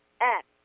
act